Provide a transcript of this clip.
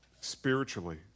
spiritually